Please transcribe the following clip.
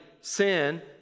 sin